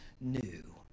new